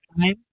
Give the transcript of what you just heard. time